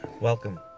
Welcome